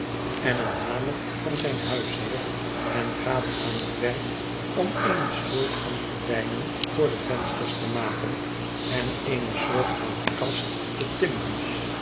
en een hamer van zijn huisheer en gaat aan het werk om eene soort van gordijnen voor de vensters te maken en eene soort van kast te timmeren